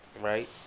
Right